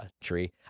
tree